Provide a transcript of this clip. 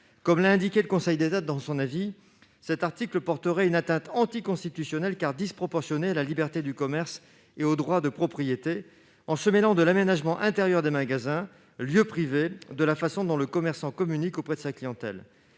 Comme l'a indiqué le Conseil d'État dans son avis, cet article porterait une atteinte anticonstitutionnelle, car disproportionnée, à la liberté du commerce et au droit de la propriété, en se mêlant de l'aménagement intérieur des magasins, lieux privés, et de la façon dont le commerçant communique auprès de sa clientèle.